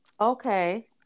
okay